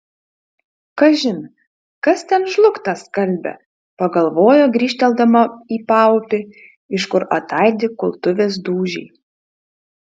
kažin kas ten žlugtą skalbia pagalvoja grįžteldama į paupį iš kur ataidi kultuvės dūžiai